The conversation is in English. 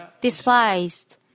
despised